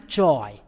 joy